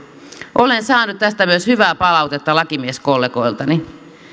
olen saanut tästä myös hyvää palautetta lakimieskollegoiltani